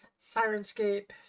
Sirenscape